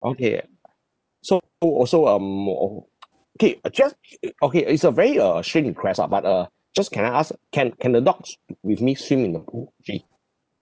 okay so who also um uh okay uh just okay it's a very uh strange request ah but uh just can I ask can can the dogs with me swim in the pool actually